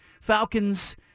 Falcons